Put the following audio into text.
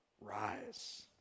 rise